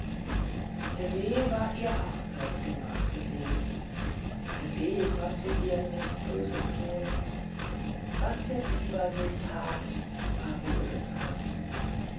der see war ihr hochzeitsgemach gewesen der see konnte ihr nichts böses tun was der biwasee tat war